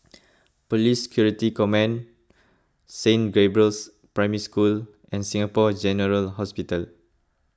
Police Security Command Saint Gabriel's Primary School and Singapore General Hospital